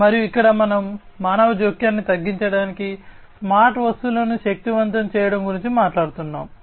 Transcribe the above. మరియు ఇక్కడ మనం మానవ జోక్యాన్ని తగ్గించడానికి స్మార్ట్ వస్తువులను శక్తివంతం చేయడం గురించి మాట్లాడుతున్నాము